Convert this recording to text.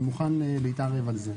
אני מוכן להתערב על זה.